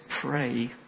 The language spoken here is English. pray